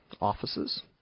offices